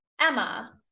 Emma